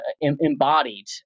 embodied